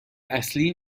اصلی